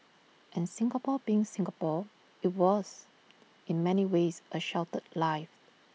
and Singapore being Singapore IT was in many ways A sheltered life